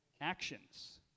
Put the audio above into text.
actions